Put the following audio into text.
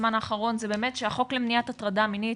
בזמן האחרון זה שהחוק למניעת הטרדה מינית